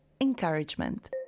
encouragement